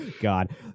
god